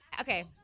Okay